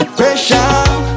pressure